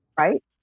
right